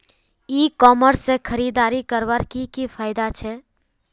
ई commerce से खरीदारी करवार की की फायदा छे?